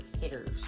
hitters